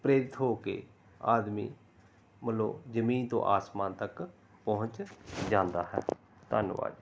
ਪ੍ਰੇਰਿਤ ਹੋ ਕੇ ਆਦਮੀ ਮੰਨੋ ਜ਼ਮੀਨ ਤੋਂ ਆਸਮਾਨ ਤੱਕ ਪਹੁੰਚ ਜਾਂਦਾ ਹੈ ਧੰਨਵਾਦ ਜੀ